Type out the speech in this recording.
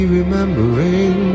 remembering